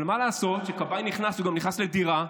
אבל מה לעשות שכשכבאי נכנס, הוא גם נכנס לדירה,